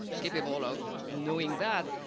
capable of knowing that.